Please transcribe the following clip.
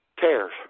Tears